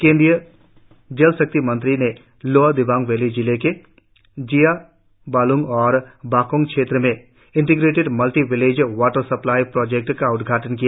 केंद्रीय जल शक्ति मंत्री ने लोअर दिबांग वैली जिले के जिया बाल्ग और ब्क्कोंग क्षेत्र मे integrated multi village water supply project का उद्घाटन किया